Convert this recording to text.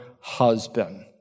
husband